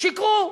שיקרו,